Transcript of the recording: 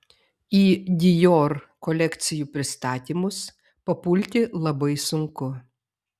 į dior kolekcijų pristatymus papulti labai sunku